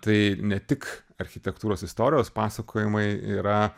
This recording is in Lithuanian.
tai ne tik architektūros istorijos pasakojimai yra